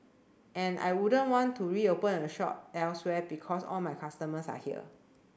and I wouldn't want to reopen a shop elsewhere because all my customers are here